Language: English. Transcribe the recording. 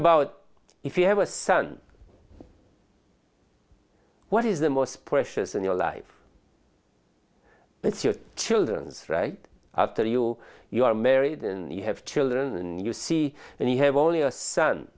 about if you have a son what is the most precious in your life it's your children's right after you you are married and you have children and you see and you have only a son